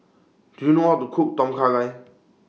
Do YOU know How to Cook Tom Kha Gai